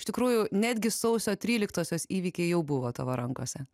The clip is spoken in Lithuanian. iš tikrųjų netgi sausio tryliktosios įvykiai jau buvo tavo rankose